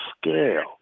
scale